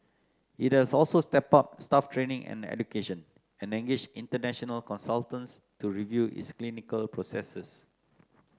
it has also stepped up staff training and education and engage international consultants to review its clinical processes